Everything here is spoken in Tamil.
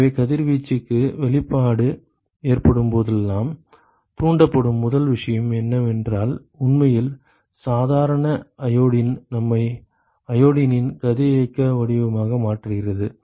எனவே கதிர்வீச்சுக்கு வெளிப்பாடு ஏற்படும் போதெல்லாம் தூண்டப்படும் முதல் விஷயம் என்னவென்றால் உண்மையில் சாதாரண அயோடின் நம்மை அயோடினின் கதிரியக்க வடிவமாக மாற்றுகிறது